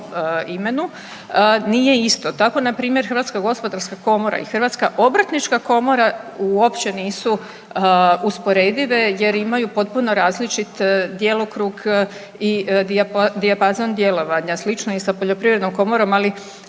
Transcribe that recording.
imenu nije isto. Tako na primjer Hrvatska gospodarska komora i Hrvatska obrtnička komora uopće nisu usporedive jer imaju potpuno različit djelokrug i dijapazon djelovanja. Slično je i sa Poljoprivrednom komorom, ali